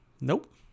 Nope